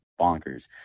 bonkers